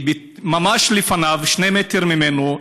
היא ממש לפניו, שני מטר ממנו.